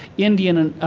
indian, and